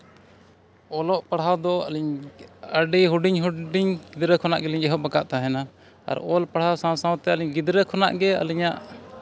ᱚᱞᱚᱜ ᱯᱟᱲᱦᱟᱣ ᱫᱚ ᱟᱹᱞᱤᱧ ᱟᱹᱰᱤ ᱦᱩᱰᱤᱧ ᱦᱩᱰᱤᱧ ᱜᱤᱫᱽᱨᱟᱹ ᱠᱷᱚᱱᱟᱜ ᱜᱮᱞᱤᱧ ᱮᱦᱚᱵ ᱟᱠᱟᱫ ᱛᱟᱦᱮᱱᱟ ᱟᱨ ᱚᱞ ᱯᱟᱲᱦᱟᱣ ᱥᱟᱶ ᱥᱟᱶᱛᱮ ᱟᱹᱞᱤᱧ ᱜᱤᱫᱽᱨᱟᱹ ᱠᱷᱚᱱᱟᱜ ᱜᱮ ᱟᱹᱞᱤᱧᱟᱜ